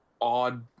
odd